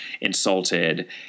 insulted